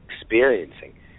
experiencing